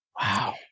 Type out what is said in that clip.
Wow